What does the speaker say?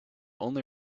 only